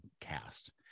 cast